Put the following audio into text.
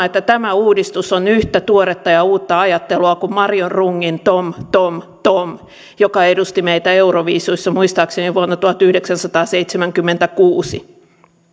että tämä uudistus on yhtä tuoretta ja uutta ajattelua kuin marion rungin tom tom tom joka edusti meitä euroviisuissa muistaakseni vuonna tuhatyhdeksänsataaseitsemänkymmentäkuusi